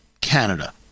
Canada